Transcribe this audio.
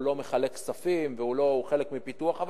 הוא לא מחלק כספים, והוא חלק מפיתוח.